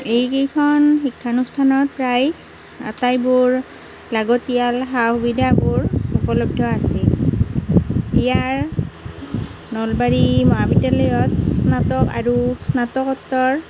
এইকেইখন শিক্ষানুষ্ঠানত প্ৰায় আটাইবোৰ লাগতিয়াল সা সুবিধাবোৰ উপলব্ধ আছে ইয়াৰ নলবাৰী মহাবিদ্যালয়ত স্নাতক আৰু স্নাতকোত্তৰ